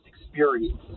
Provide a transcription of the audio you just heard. experience